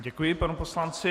Děkuji panu poslanci.